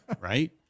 Right